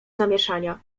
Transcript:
zamieszania